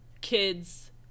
kid's